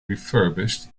refurbished